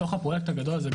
בתוך הפרויקט הגדול הזה,